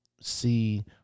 see